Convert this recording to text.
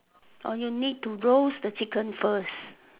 orh you need to roast the chicken first